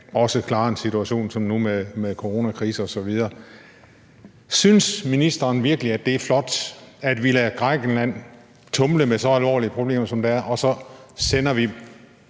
kan klare en situation som nu med coronakrise osv. Synes ministeren virkelig, at det er flot, at vi lader Grækenland tumle med så alvorlige problemer, som der er, og så sender vi